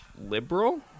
liberal